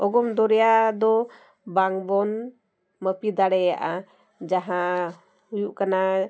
ᱚᱜᱚᱢ ᱫᱚᱨᱭᱟ ᱫᱚ ᱵᱟᱝ ᱵᱚᱱ ᱢᱟᱹᱯᱤ ᱫᱟᱲᱮᱭᱟᱜᱼᱟ ᱡᱟᱦᱟᱸ ᱦᱩᱭᱩᱜ ᱠᱟᱱᱟ